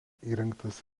įrengtas